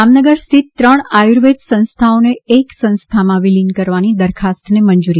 જામનગર સ્થિત ત્રણ આયુર્વેદ સંસ્થાઓને એક સંસ્થામાં વિલિન કરવાની દરખાસ્તને મંજુરી